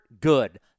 good